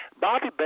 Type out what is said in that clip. Bobby